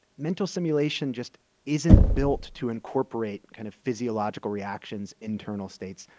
mental simulation just isn't built to incorporate kind of physiological reactions internal states.